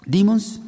Demons